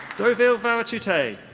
dovile kvaraciejute.